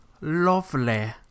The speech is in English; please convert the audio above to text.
Lovely